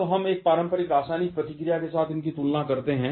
अब हम एक पारंपरिक रासायनिक प्रतिक्रिया के साथ इसकी तुलना करते हैं